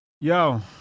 Yo